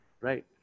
right